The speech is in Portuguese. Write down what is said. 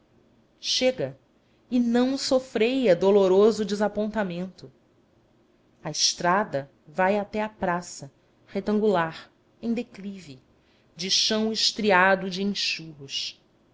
chega e não sofreia doloroso desapontamento a estrada vai até à praça retangular em declive de chão estriado de enxurros